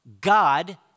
God